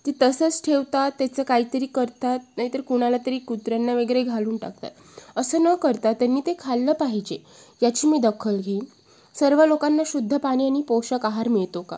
ती तसंच ठेवतात त्याचं काहीतरी करतात नाहीतर कोणाला तरी कुत्र्यांना वगैरे घालून टाकतात असं न करता त्यांनी ते खाल्लं पाहिजे याची मी दखल घेईन सर्व लोकांना शुद्ध पाणी आणि पोषक आहार मिळतो का